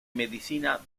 medicina